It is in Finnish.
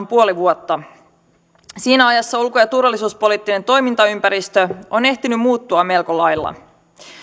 puoli vuotta siinä ajassa ulko ja turvallisuuspoliittinen toimintaympäristö on ehtinyt muuttua melko lailla